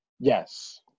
Yes